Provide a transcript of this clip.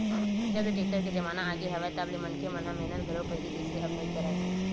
जब ले टेक्टर के जमाना आगे हवय तब ले मनखे मन ह मेहनत घलो पहिली जइसे अब नइ करय